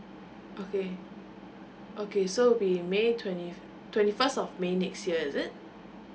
okay okay so will be may twenty twenty first of may next year is it